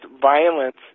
violence